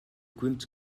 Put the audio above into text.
gwynt